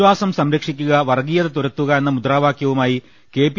വിശാസം സംരക്ഷിക്കുക വർഗീയത തുരത്തുക എന്ന മുദ്രാ വാക്യവുമായി കെ